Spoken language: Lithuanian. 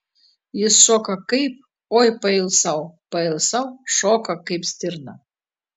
ji šoka kaip oi pailsau pailsau šoka kaip stirna